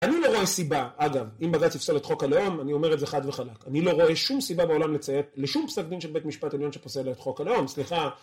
אני לא רואה סיבה, אגב, אם בג"ץ יפסול את חוק הלאום, אני אומר את זה חד וחלק, אני לא רואה שום סיבה בעולם לציית לשום פסק דין של בית משפט עליון שפוסל את חוק הלאום, סליחה